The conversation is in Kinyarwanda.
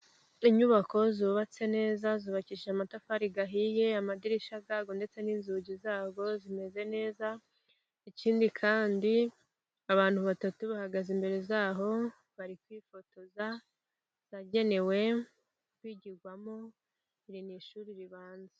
Inyubako zubatse neza, zubakishije amatafari ahiye, amadirishya yazo ndetse n'inzugi zazo zimeze neza, ikindi kandi abantu batatu, bahagaze imbere yaho, bari kwifotoza, zagenewe kwigirwamo, iri ni ishuri ribanza.